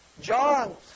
John